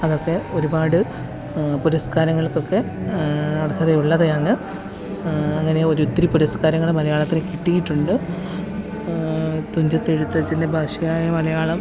അതൊക്കെ ഒരുപാട് പുരസ്കാരങ്ങള്ക്കൊക്കെ അര്ഹതയുള്ളതാണ് അങ്ങനെ ഒരൊത്തിരി പുരസ്കാരങ്ങള് മലയാളത്തിന് കിട്ടിയിട്ടുണ്ട് തുഞ്ചത്തെഴുത്തച്ഛന്റെ ഭാഷയായ മലയാളം